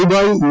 Dubai U